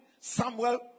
Samuel